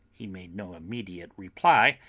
he made no immediate reply,